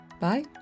Bye